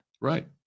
Right